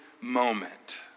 moment